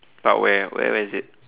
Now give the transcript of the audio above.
but where where where is it